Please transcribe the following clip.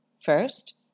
First